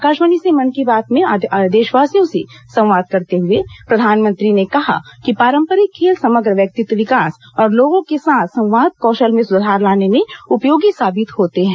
आकाशवाणी से मन की बात में देशवासियों से संवाद करते हए प्रधानमंत्री ने कहा कि पारंपरिक खेल समग्र व्यक्तित्व विकास और लोगों के साथ संवाद कौशल में सुधार लाने में उपयोगी साबित होते हैं